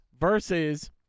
versus